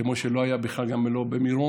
כמו שלא היה בכלל, גם לא במירון.